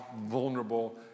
vulnerable